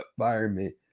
environment